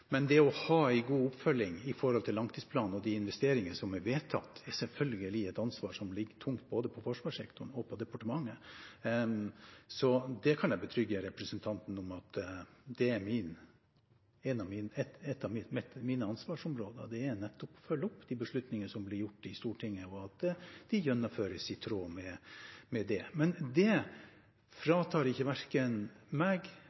Det å ha en god oppfølging av langtidsplanen og de investeringer som er vedtatt, er selvfølgelig et ansvar som ligger tungt både på forsvarssektoren og på departementet. Det kan jeg betrygge representanten om. Et av mine ansvarsområder er nettopp å følge opp de beslutningene som blir tatt i Stortinget, og at de gjennomføres i tråd med Stortingets ønsker. Det fritar ikke verken meg,